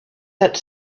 that